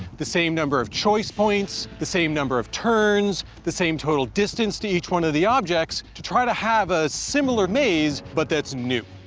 the same number of choice points, the same number of turns, the same total distance to each one of the objects to try to have a similar maze, but that's new.